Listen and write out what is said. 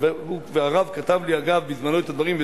והרב כתב לי אגב בזמנו את הדברים,